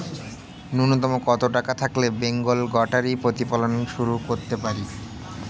নূন্যতম কত টাকা থাকলে বেঙ্গল গোটারি প্রতিপালন শুরু করতে পারি?